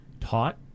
taught